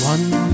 One